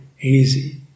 easy